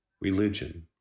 religion